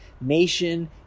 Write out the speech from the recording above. nation